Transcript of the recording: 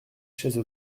chaises